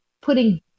putting